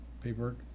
paperwork